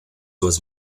was